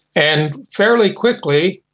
and fairly quickly,